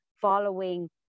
following